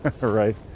Right